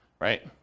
right